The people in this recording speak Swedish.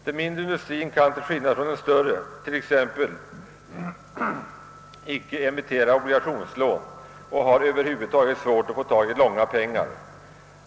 Den mindre industrien kan till skillnad från den större t.ex. icke emittera obligationslån och har över huvud taget svårt att få tag i långa pengar.